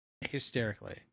hysterically